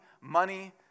money